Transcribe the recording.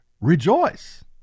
rejoice